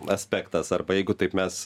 aspektas arba jeigu taip mes